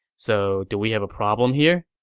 so do we have a problem here?